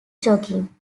jogging